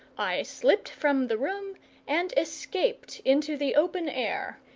i slipped from the room and escaped into the open air,